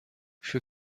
für